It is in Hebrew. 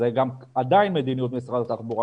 וזו עדיין מדיניות משרד התחבורה.